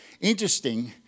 Interesting